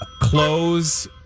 Clothes